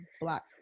black